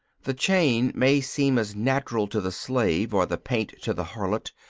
the chain may seem as natural to the slave, or the paint to the harlot,